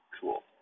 Cool